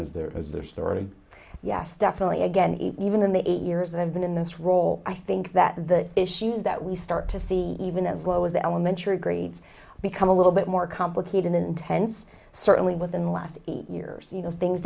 story yes definitely again even in the eight years that i've been in this role i think that the issues that we start to see even as low as the elementary grades become a little bit more complicated intense certainly within the last eight years you know things